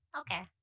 Okay